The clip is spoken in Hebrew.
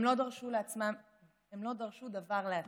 הם לא דרשו דבר לעצמם.